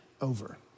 over